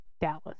dallas